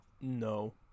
No